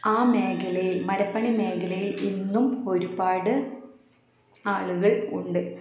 ആ മേഖലയിൽ മരപ്പണി മേഖലയിൽ ഇന്നും ഒരുപാട് ആളുകൾ ഉണ്ട്